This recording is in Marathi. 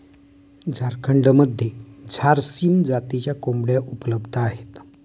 झारखंडमध्ये झारसीम जातीच्या कोंबड्या उपलब्ध आहेत